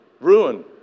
ruin